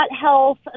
health